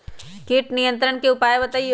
किट नियंत्रण के उपाय बतइयो?